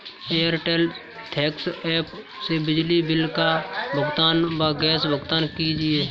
Airtel thanks app से बिजली bill का भुगतान व गैस भुगतान कीजिए